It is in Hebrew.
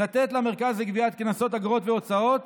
לתת למרכז לגביית קנסות, אגרות והוצאות